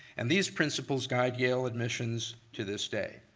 and these principles guide yale admissions to this day.